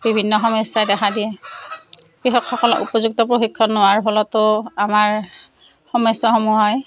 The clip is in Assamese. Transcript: বিভিন্ন সমস্যাই দেখা দিয়ে কৃষকসকলৰ উপযুক্ত প্ৰশিক্ষণ নোহোৱাৰ ফলতো আমাৰ সমস্যাসমূহ হয়